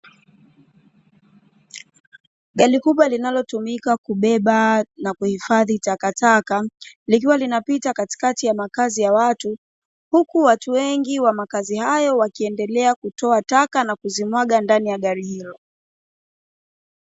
Gari kubwa linalotumika kubeba na kuhifadhi takataka likiwa linapita katikati ya makazi ya watu, huku watu wengi wa makazi hayo wakiendelea kutoa taka na kuzimwaga ndani ya gari hilo.